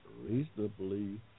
reasonably